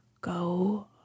go